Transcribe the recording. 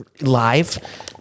live